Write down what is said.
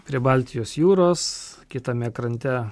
prie baltijos jūros kitame krante lietuva